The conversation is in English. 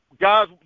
guys